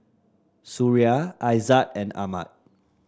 Suria Aizat and Ahmad